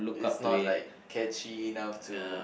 it's not like catchy enough to